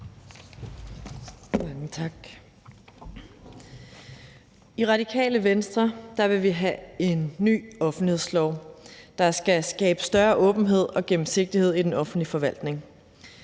I Radikale Venstre vil vi have en ny offentlighedslov, der skal skabe større åbenhed og gennemsigtighed i den offentlige forvaltning.